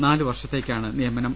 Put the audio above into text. നാല് വർഷത്തേക്കാണ് നിയമനം